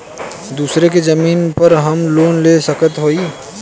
दूसरे के जमीन पर का हम लोन ले सकत हई?